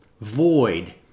void